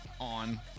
on